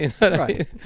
Right